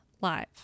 live